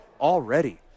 already